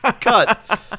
cut